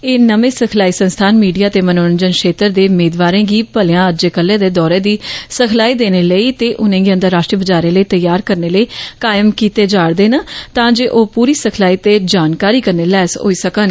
एह नमें सिखलाई संस्थान मीडिया ते मनोरंजन क्षेत्र दे मेदवारें गी भलेयां अज्जै कल्लै दे दौर दी सिखलाई देने लेई ते उनेंगी अंतर्राश्ट्रीय बजारै लेई तैआर करने लेई कायम कीते जा'रदे न तां जे ओ पूरी सिखलाई ते जानकारी कन्नै लैस होई सकन